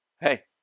Hey